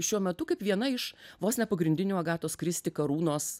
šiuo metu kaip viena iš vos ne pagrindinių agatos kristi karūnos